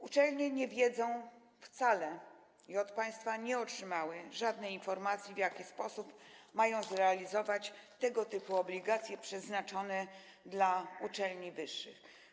Uczelnie nie wiedzą wcale i od państwa nie otrzymały żadnej informacji, w jaki sposób mają zrealizować tego typu obligacje przeznaczone dla uczelni wyższych.